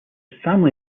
family